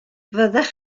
fyddech